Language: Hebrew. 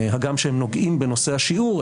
הגם שהם נוגעים בנושא השיעור,